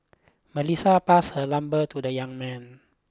Melissa passed her number to the young man